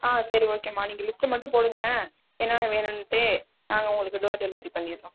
ஆ சரி ஓகேம்மா நீங்கள் லிஸ்ட்டு மட்டும் போடுங்க என்னென்ன வேணும்ட்டு நாங்கள் உங்களுக்கு டோர் டெலிவரி பண்ணிடுறோம்